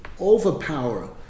overpower